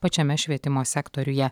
pačiame švietimo sektoriuje